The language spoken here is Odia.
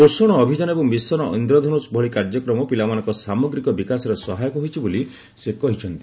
ପୋଷଣ ଅଭିଯାନ ଏବଂ ମିଶନ୍ ଇନ୍ଦ୍ରଧୁନୁଷ୍ ଭଳି କାର୍ଯ୍ୟକ୍ରମ ପିଲାମାନଙ୍କ ସାମଗ୍ରୀକ ବିକାଶରେ ସହାୟକ ହୋଇଛି ବୋଲି ସେ କହିଚ୍ଛନ୍ତି